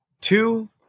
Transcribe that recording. Two